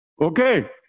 Okay